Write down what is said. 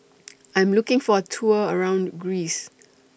I Am looking For A Tour around Greece